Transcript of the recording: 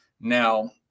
Now